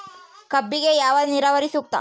ಕಬ್ಬಿಗೆ ಯಾವ ನೇರಾವರಿ ಸೂಕ್ತ?